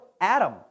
Adam